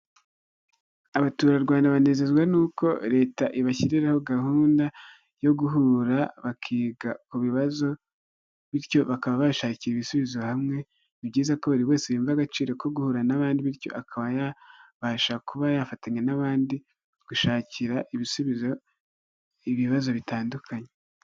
Abaturarwanda banezezwa n'uko leta ibashyiriraho gahunda yo guhura ba ku bibazo bityo bakaba bashakira ibisubizo hamwe, ni byiza ko buri wese yumva agaciro ko guhura n'abandi bityo akaba yabasha kuba yafatanya n'abandi gushakira ibisubizo ibibazo bitandukanye.